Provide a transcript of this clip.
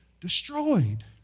destroyed